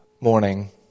morning